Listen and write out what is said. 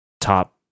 top